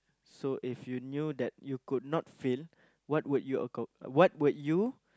so if you knew that you could not fail what would you acco~ what would you